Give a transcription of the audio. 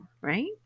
right